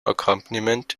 accompaniment